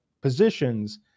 positions